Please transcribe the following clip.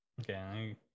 Okay